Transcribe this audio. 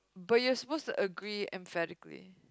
but you're supposed to agree emphatically